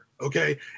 Okay